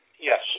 Yes